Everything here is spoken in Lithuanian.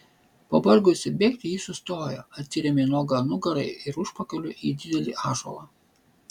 pavargusi bėgti ji sustojo atsirėmė nuoga nugara ir užpakaliu į didelį ąžuolą